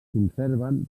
conserven